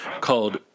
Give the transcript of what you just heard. called